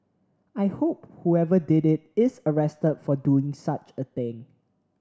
I hope whoever did it is arrested for doing such a thing